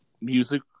music